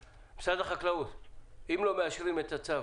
מועצת החלב, אם לא מאשרים את הצו